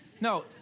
No